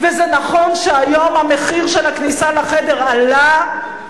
זה נכון שהיום המחיר של הכניסה לחדר עלה,